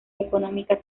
económica